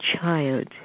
child